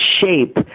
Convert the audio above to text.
shape